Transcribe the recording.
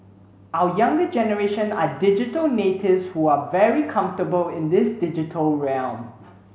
our younger generation are digital natives who are very comfortable in this digital realm